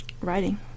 writing